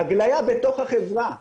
הגלייה בתוך החברה.